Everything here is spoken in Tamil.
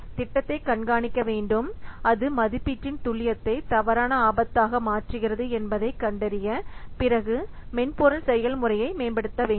திட்டத்தை கண்காணிக்க வேண்டும் அது மதிப்பீட்டின் துல்லியத்தை தவறான ஆபத்தாக மாற்றுகிறது என்பதை கண்டறிய பிறகு மென்பொருள் செயல் முறையை மேம்படுத்த வேண்டும்